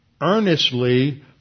earnestly